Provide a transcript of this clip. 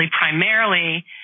primarily